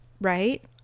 Right